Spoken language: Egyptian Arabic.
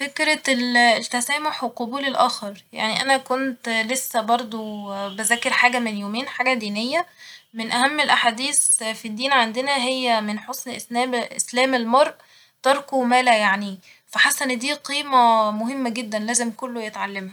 فكرة ال التسامح وقبول الآخر ، يعني أنا كنت لسه برضه بذاكر حاجة من يومين ، حاجة دينية ، من أهم الأحاديس في الدين عندنا هي من حسن اسنام- اسلام المرء تركه مالا يعنيه ، فحاسه إن دي قيمة مهمة جدا لازم كله يتعلمها